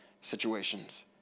situations